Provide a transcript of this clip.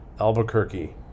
Albuquerque